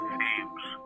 themes